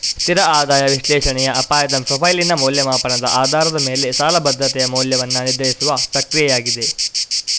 ಸ್ಥಿರ ಆದಾಯ ವಿಶ್ಲೇಷಣೆಯ ಅಪಾಯದ ಪ್ರೊಫೈಲಿನ ಮೌಲ್ಯಮಾಪನದ ಆಧಾರದ ಮೇಲೆ ಸಾಲ ಭದ್ರತೆಯ ಮೌಲ್ಯವನ್ನು ನಿರ್ಧರಿಸುವ ಪ್ರಕ್ರಿಯೆಯಾಗಿದೆ